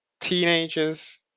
teenagers